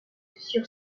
sur